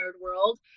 World